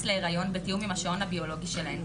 להיריון בתיאום עם השעון הביולוגי שלהן,